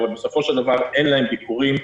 אבל בסופו של דבר אין להם ביקורים.